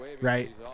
right